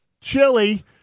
chili